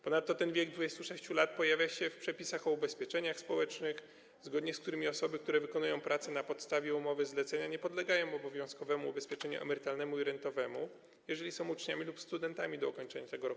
Ponadto ten wiek 26 lat pojawia się w przepisach o ubezpieczeniach społecznych, zgodnie z którymi osoby, które wykonują pracę na podstawie umowy zlecenia nie podlegają obowiązkowemu ubezpieczeniu emerytalnemu i rentowemu, jeżeli są uczniami lub studentami, do ukończenia tego roku życia.